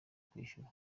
kwishyura